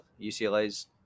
UCLA's